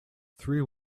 three